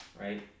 right